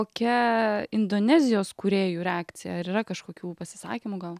kokia indonezijos kūrėjų reakcija ar yra kažkokių pasisakymų gal